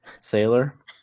Sailor